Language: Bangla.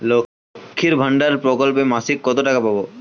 লক্ষ্মীর ভান্ডার প্রকল্পে মাসিক কত টাকা পাব?